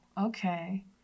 okay